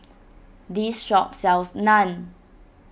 this shop sells Naan